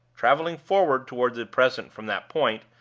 traveling forward toward the present from that point,